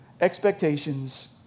expectations